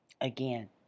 Again